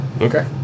okay